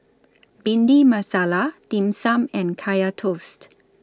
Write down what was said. Bhindi Masala Dim Sum and Kaya Toast